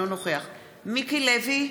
אינו נוכח מיקי לוי,